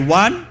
one